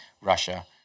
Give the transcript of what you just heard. Russia